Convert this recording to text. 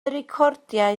recordiau